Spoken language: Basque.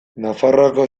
nafarroako